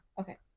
Okay